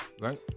Right